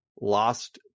lost